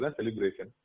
celebration